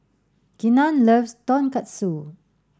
Keenan loves Tonkatsu